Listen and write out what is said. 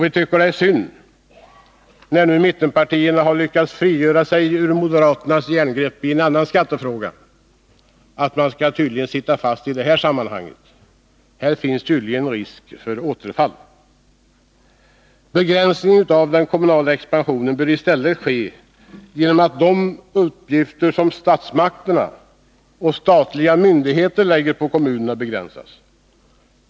Vi tycker det är synd att mittenpartierna — när de nu lyckats frigöra sig ur moderaternas järngrepp i en annan skattefråga — skall sitta fast i det här sammanhanget. Här finns tydligen risk för återfall. Begränsningen av den kommunala expansionen bör i stället ske genom att de uppgifter som statsmakterna och statliga myndigheter lägger på kommunerna begränsas.